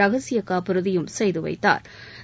ரகசியக்காப்புறுதியும் செய்து வைத்தாா்